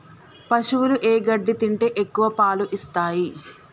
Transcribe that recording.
పశువులు ఏ గడ్డి తింటే ఎక్కువ పాలు ఇస్తాయి?